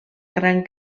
gran